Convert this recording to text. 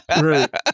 Right